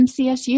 MCSU